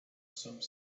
some